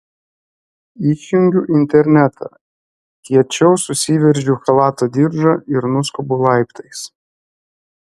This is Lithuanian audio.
išjungiu internetą kiečiau susiveržiu chalato diržą ir nuskubu laiptais